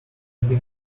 been